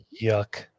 Yuck